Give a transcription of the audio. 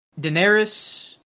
Daenerys